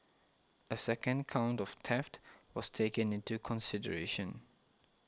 a second count of theft was taken into consideration